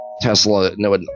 Tesla—no